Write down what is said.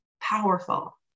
powerful